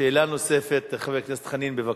שאלה נוספת לחבר הכנסת חנין, בבקשה.